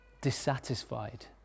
dissatisfied